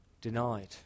denied